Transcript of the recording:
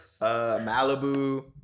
Malibu